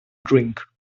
drink